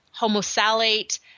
homosalate